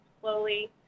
slowly